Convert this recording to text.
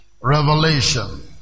revelation